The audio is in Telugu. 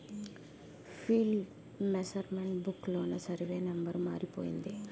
ఫీల్డ్ మెసరమెంట్ బుక్ లోన సరివే నెంబరు మారిపోయింది